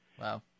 Wow